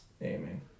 aiming